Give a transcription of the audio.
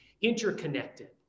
interconnected